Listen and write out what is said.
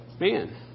man